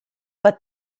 but